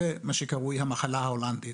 זה מה שקרוי "המחלה ההולנדית".